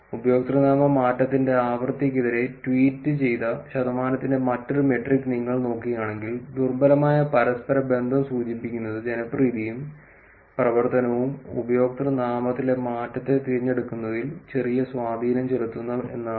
ഉപയോക്തൃനാമ മാറ്റത്തിന്റെ ആവൃത്തിയ്ക്കെതിരെ ട്വീറ്റ് ചെയ്ത ശതമാനത്തിന്റെ മറ്റൊരു മെട്രിക് നിങ്ങൾ നോക്കുകയാണെങ്കിൽ ദുർബലമായ പരസ്പരബന്ധം സൂചിപ്പിക്കുന്നത് ജനപ്രീതിയും പ്രവർത്തനവും ഉപയോക്തൃനാമത്തിലെ മാറ്റത്തെ തിരഞ്ഞെടുക്കുന്നതിൽ ചെറിയ സ്വാധീനം ചെലുത്തുന്നു എന്നാണ്